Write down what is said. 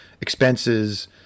expenses